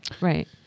right